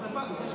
שרפה, אדוני